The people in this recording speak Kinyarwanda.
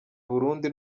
burundi